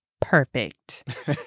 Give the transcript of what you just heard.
perfect